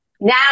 Now